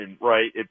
right